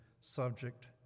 subject